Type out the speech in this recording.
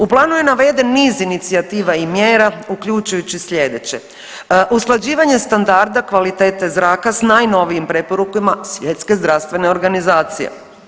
U planu je naveden niz inicijativa i mjera uključujući sljedeće, usklađivanje standarda kvalitete zraka s najnovijim preporukama Svjetske zdravstvene organizacije.